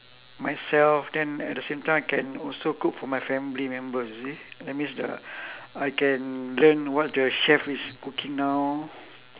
myself then at the same time I can also cook for my family members you see that means the I can learn what the chef is cooking now